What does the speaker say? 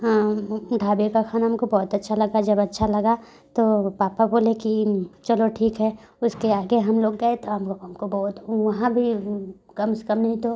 हाँ ढाबे का खाना हमको बहुत अच्छा लगा जब अच्छा लगा तो पापा बोले कि चलो ठीक है उसके आगे हम लोग गए तो हम लोग हमको बहुत वहाँ भी कम से कम नहीं तो